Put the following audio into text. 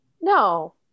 No